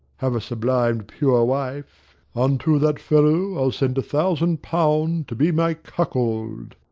have a sublimed pure wife, unto that fellow i'll send a thousand pound to be my cuckold.